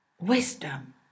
wisdom